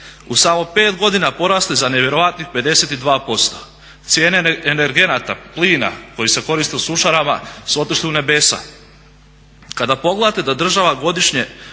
u samo 5 godina porasli za nevjerojatnih 52%. Cijene energenata, plina koji se koristi u sušarama su otišli u nebesa.